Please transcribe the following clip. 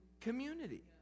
community